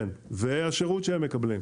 כן, והשרות שהם מקבלים.